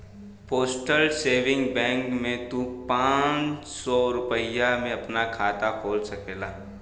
postal saving bank में तू पांच सौ रूपया में आपन खाता खोल सकला